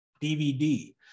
DVD